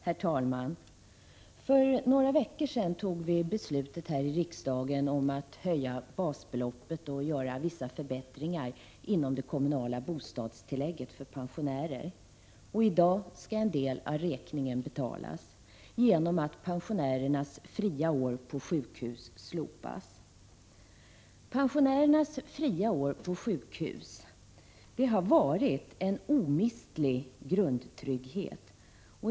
Herr talman! För några veckor sedan fattade vi beslutet här i riksdagen att höja basbeloppet och att göra vissa förbättringar inom det kommunala bostadstillägget för pensionärer. I dag skall en del av räkningen betalas, genom att pensionärernas fria år på sjukhus slopas. Pensionärernas fria år på sjukhus har varit en omistlig grundtrygghet.